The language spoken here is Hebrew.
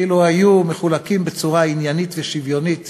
אילו היו מחולקים בצורה עניינית ושוויונית